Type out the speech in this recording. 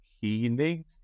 healing